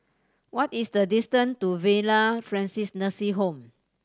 what is the distance to Villa Francis Nursing Home